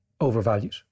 overvalued